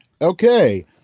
Okay